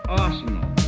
arsenal